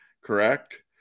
Correct